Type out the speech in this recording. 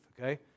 Okay